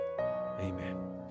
amen